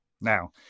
Now